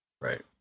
Right